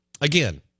Again